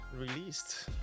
released